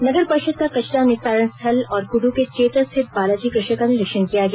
नगर पर्षद का कचरा निस्तारण स्थल और कड़ के चेतर स्थित बालाजी क्रशर का निरीक्षण किया गया